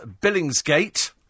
Billingsgate